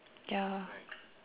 ya